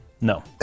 No